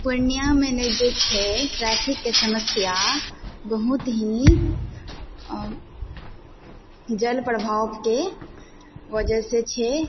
पूर्णियाँमे ने जे छै ट्रैफिकके समस्या बहुत ही जल प्रभावके वजह से छै